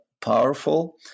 powerful